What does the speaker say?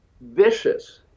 vicious